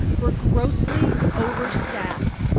we are grossly overstaffed.